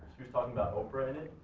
she was talking about oprah in it,